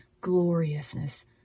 gloriousness